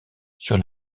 sur